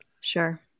Sure